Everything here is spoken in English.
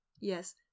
yes